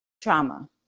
trauma